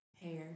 Hair